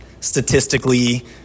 statistically